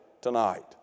tonight